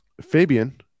Fabian